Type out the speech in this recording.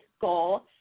goal